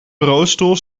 bureaustoel